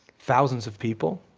thousands of people,